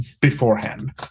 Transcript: beforehand